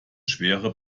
schwere